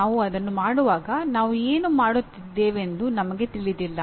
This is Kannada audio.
ನಾವು ಅದನ್ನು ಮಾಡುವಾಗ ನಾವು ಏನು ಮಾಡುತ್ತಿದ್ದೇವೆಂದು ನಮಗೆ ತಿಳಿದಿಲ್ಲ